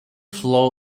flow